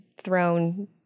thrown